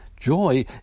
Joy